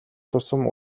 тусам